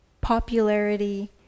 Popularity